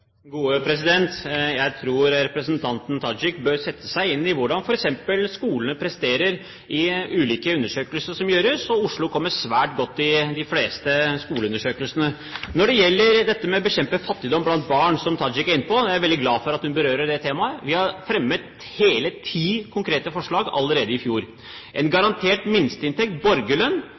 Jeg tror representanten Tajik bør sette seg inn i hvordan f.eks. skolene presterer i ulike undersøkelser som gjøres. Oslo kommer svært godt ut i de fleste skoleundersøkelsene. Når det gjelder å bekjempe fattigdom blant barn, som Tajik er inne på, er jeg veldig glad for at hun berører det temaet. Vi fremmet allerede i fjor hele ti konkrete forslag. Det var forslag om en garantert minsteinntekt, borgerlønn,